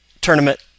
tournament